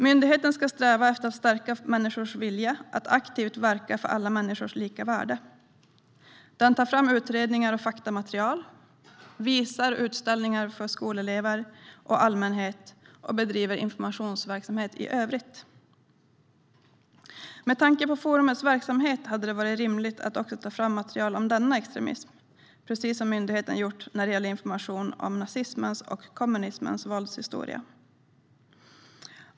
Myndigheten ska sträva efter att stärka människors vilja att aktivt verka för alla människors lika värde. Den tar fram utredningar och faktamaterial, visar utställningar för skolelever och allmänhet och bedriver informationsverksamhet i övrigt. Med tanke på forumets verksamhet hade det varit rimligt att också ta fram material om denna extremism, precis som myndigheten har gjort när det gäller information om nazismens och kommunismens våldshistoria.